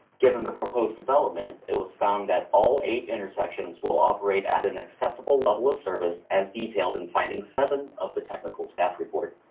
given the proposed development, it was found that all eight intersections will operate at an acceptable level of service as detailed and finding seven of the technical staff report.